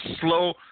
slow –